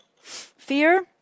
Fear